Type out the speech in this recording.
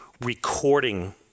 recording